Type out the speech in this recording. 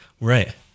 Right